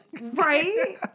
Right